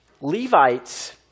Levites